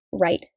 right